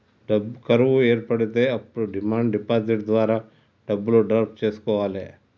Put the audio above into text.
డబ్బు కరువు ఏర్పడితే అప్పుడు డిమాండ్ డిపాజిట్ ద్వారా డబ్బులు డ్రా చేసుకోవాలె